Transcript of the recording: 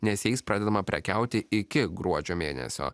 nes jais pradedama prekiauti iki gruodžio mėnesio